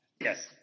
Yes